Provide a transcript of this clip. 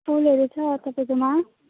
फुलहरू छ तपाईँकोमा